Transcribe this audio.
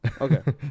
Okay